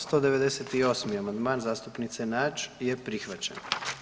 198. amandman zastupnice Nađ je prihvaćen.